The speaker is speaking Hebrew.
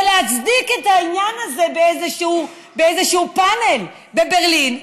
להצדיק את העניין הזה באיזשהו פאנל בברלין,